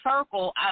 circle